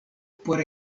por